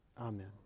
Amen